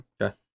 okay